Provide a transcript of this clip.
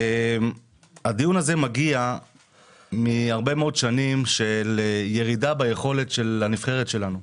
הדיון הזה מגיע מהרבה מאוד שנים של ירידה ביכולת של הנבחרת שלנו.